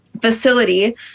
facility